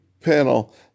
panel